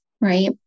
right